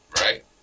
Right